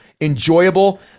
enjoyable